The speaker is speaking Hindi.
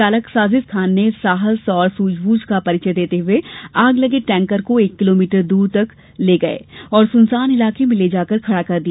चालक ने साहस और सुझबूझ का परिचय देते हुए आग लगे टैंकर को एक किलोमीटर दूर तक दौडाता ले गया और सुनसान इलाके में ले जाकर खड़ा कर दिया